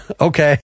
Okay